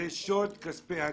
זה שוד כספי הטוטו,